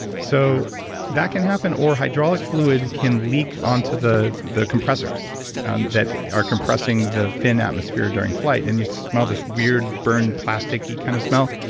so that can happen or hydraulic fluid can leak onto the the compressors that are compressing the thin atmosphere during flight. and you smell this weird burn plasticky kind of smell.